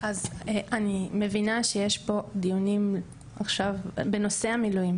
אז אני מבינה שיש פה דיונים עכשיו בנושא המילואים,